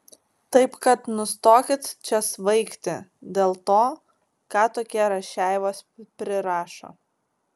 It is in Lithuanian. taip kad nustokit čia svaigti dėl to ką tokie rašeivos prirašo